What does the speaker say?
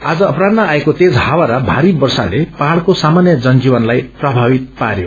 आज अपरान्ह आएको तेज ह्यवा र भारी वर्षाले पह्यड़को सामान्य जनजीवनलाई प्रभावित पारयो